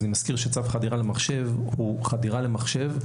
אני מזכיר שצו חדירה למחשב הוא חדירה למחשב,